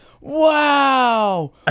wow